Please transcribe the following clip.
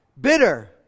bitter